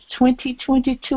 2022